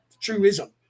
truism